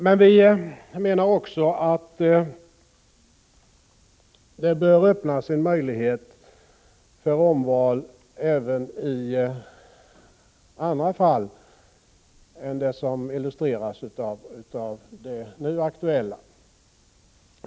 Men vi menar också att det bör öppnas en möjlighet för omval även i andra fall än det som illustreras i det nu aktuella betänkandet.